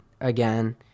again